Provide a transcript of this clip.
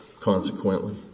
consequently